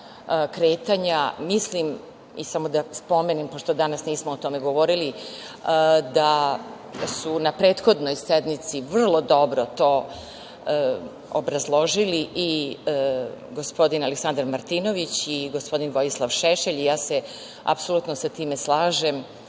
mislim i samo da spomenem, pošto danas nismo o tome govorili da su na prethodnoj sednici vrlo dobro to obrazložili i gospodin Aleksandar Martinović i gospodin Vojislav Šešelj i ja se apsolutno sa time slažem,